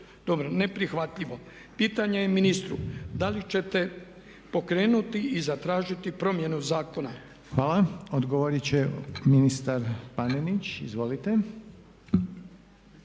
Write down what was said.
dobro neprihvatljivo. Pitanje je ministru da li ćete pokrenuti i zatražiti promjenu zakona? **Reiner, Željko (HDZ)** Hvala. Odgovorit će ministar Paneninić. Izvolite.